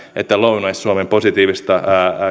että lounais suomen positiivista